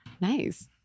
nice